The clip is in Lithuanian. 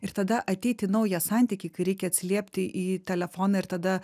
ir tada ateit į naują santykį kai reikia atsiliepti į telefoną ir tada